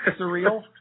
Surreal